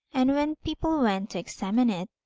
and when people went to examine it,